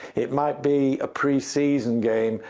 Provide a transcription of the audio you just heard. it might be a preseason game,